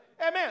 Amen